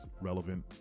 relevant